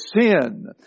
sin